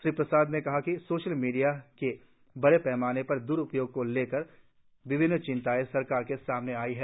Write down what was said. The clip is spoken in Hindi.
श्री प्रसाद ने कहा कि सोशल मीडिया के बड़े पैमाने पर द्रुपयोग को लेकर विभिन्न चिंताएं सरकार के सामने आई हैं